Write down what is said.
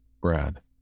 Brad